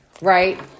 right